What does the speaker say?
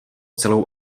celou